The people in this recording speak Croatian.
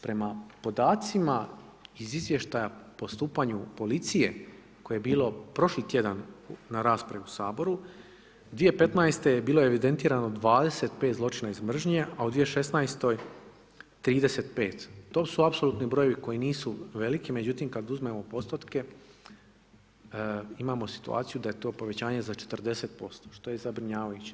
Prema podacima iz izvještaja po stupanju policije koje je bilo prošli tjedan na raspravi u Saboru, 2015. bilo je evidentirano 25 zločina iz mržnje, a u 2016. 35. to su apsolutni brojevi koji nisu veliki, međutim kada uzmemo postotke imamo situaciju da je to povećanje za 40%, što je zabrinjavajuće.